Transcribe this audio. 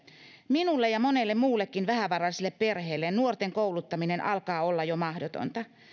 minulle ja monelle muullekin vähävaraiselle perheelle nuorten kouluttaminen alkaa olla jo mahdotonta